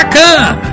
come